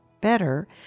better